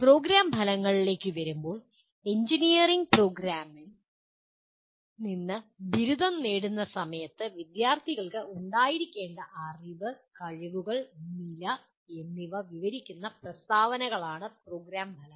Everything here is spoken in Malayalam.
പ്രോഗ്രാം ഫലങ്ങളിലേക്ക് വരുമ്പോൾ എഞ്ചിനീയറിംഗ് പ്രോഗ്രാമിൽ നിന്ന് ബിരുദം നേടുന്ന സമയത്ത് വിദ്യാർത്ഥികൾക്ക് ഉണ്ടായിരിക്കേണ്ട അറിവ് കഴിവുകൾ നില എന്നിവ വിവരിക്കുന്ന പ്രസ്താവനകളാണ് പ്രോഗ്രാം ഫലങ്ങൾ